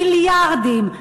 מיליארדים,